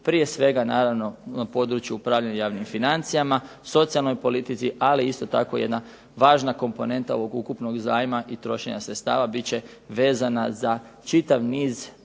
prije svega naravno na području upravljanja javnim financijama, socijalnoj politici ali isto tako jedna važna komponenta ovog ukupnog zajma i trošenja sredstava bit će vezana za čitav niz